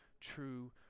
true